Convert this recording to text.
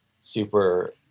super